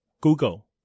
Google